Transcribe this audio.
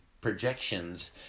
projections